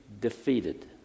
defeated